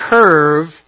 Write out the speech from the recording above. curve